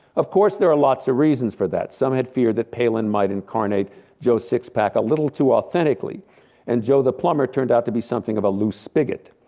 of course there are lots of reasons for that, some had feared that palin might incarnate joe sixpack a little too authentically and joe the plumber turned out to be something of a loose spigot.